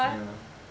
ya